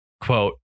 quote